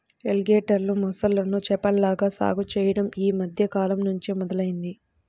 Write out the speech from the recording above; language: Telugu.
ఎలిగేటర్లు, మొసళ్ళను చేపల్లాగా సాగు చెయ్యడం యీ మద్దె కాలంనుంచే మొదలయ్యింది